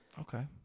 okay